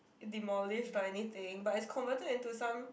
demolish or anything but it's converted into some